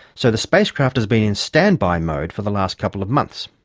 so the spacecraft has been in standby mode for the last couple of months.